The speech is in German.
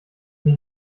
die